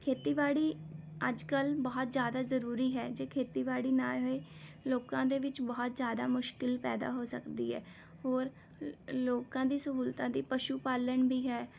ਖੇਤੀਬਾੜੀ ਅੱਜ ਕੱਲ੍ਹ ਬਹੁਤ ਜ਼ਿਆਦਾ ਜਰੂਰੀ ਹੈ ਜੇ ਖੇਤੀਬਾੜੀ ਨਾ ਹੋਏ ਲੋਕਾਂ ਦੇ ਵਿੱਚ ਬਹੁਤ ਜ਼ਿਆਦਾ ਮੁਸ਼ਕਿਲ ਪੈਦਾ ਹੋ ਸਕਦੀ ਹੈ ਹੋਰ ਲ ਲੋਕਾਂ ਦੀ ਸਹੂਲਤਾਂ ਦੀ ਪਸ਼ੂ ਪਾਲਣ ਵੀ ਹੈ